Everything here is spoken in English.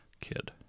Kid